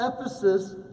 Ephesus